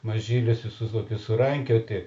mažylius visus tokius surankioti